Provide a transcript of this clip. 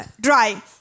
dry